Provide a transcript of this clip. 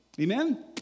Amen